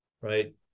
right